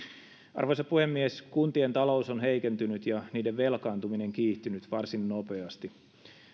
arvoisa puhemies kuntien talous on heikentynyt ja niiden velkaantuminen kiihtynyt varsin nopeasti